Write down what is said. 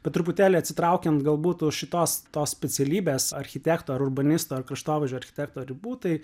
bet truputėlį atsitraukiant galbūt už šitos tos specialybės architekto ar urbanisto ar kraštovaizdžio architekto ribų tai